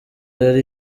rero